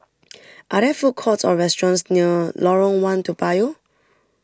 are there food courts or restaurants near Lorong one Toa Payoh